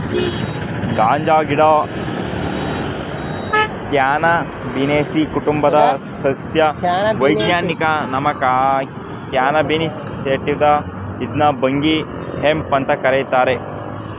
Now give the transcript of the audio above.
ಗಾಂಜಾಗಿಡ Cannabinaceae ಕುಟುಂಬದ ಸಸ್ಯ ವೈಜ್ಞಾನಿಕ ನಾಮ ಕ್ಯಾನಬಿಸ್ ಸೇಟಿವ ಇದ್ನ ಭಂಗಿ ಹೆಂಪ್ ಅಂತ ಕರೀತಾರೆ